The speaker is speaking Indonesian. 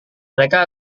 mereka